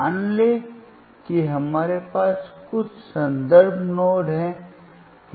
मान लें कि हमारे पास कुछ संदर्भ नोड हैं